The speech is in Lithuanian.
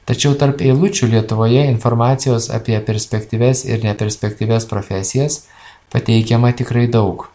tačiau tarp eilučių lietuvoje informacijos apie perspektyvias ir neperspektyvias profesijas pateikiama tikrai daug